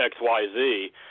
XYZ